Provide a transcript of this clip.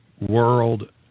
world